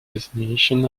designation